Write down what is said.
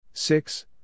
Six